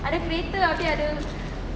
ada kereta abeh ada